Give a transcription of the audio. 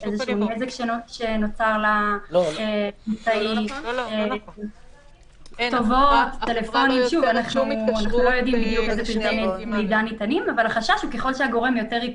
יש גם פסיקה שמתייחסת לבעייתיות שבהפרטת סמכויות כאלה באופן